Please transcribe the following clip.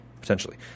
Potentially